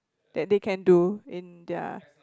that they can do in their